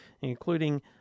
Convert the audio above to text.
including